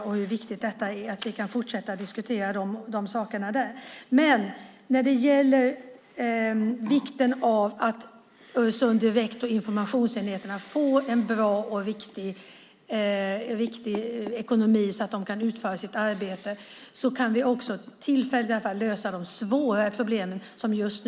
Det är viktigt att informationsenheterna på Øresunddirekt får en bra och riktig ekonomi så att de kan utföra sitt arbete. Då kan vi tillfälligt lösa de svåra problemen.